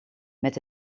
met